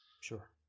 Sure